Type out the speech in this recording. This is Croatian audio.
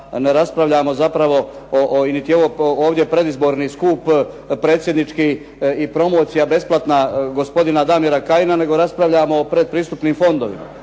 ne raspravljamo zapravo o, niti je ovo ovdje predizborni skup predsjednički i promocija besplatna gospodina Damira Kajina, nego raspravljamo o predpristupnim fondovima.